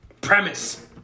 premise